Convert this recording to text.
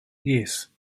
yes